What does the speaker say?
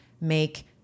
make